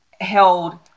held